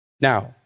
Now